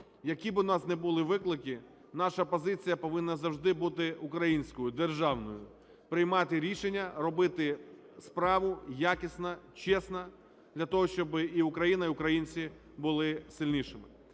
Які б у нас не були виклики, наша позиція повинна завжди бути українською, державною: приймати рішення, робити справу якісно, чесно, для того щоби і Україна, і українці були сильнішими.